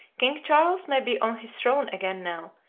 king charles may be on his throne again now,